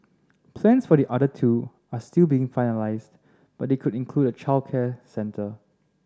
plans for the other two are still being finalised but they could include a childcare centre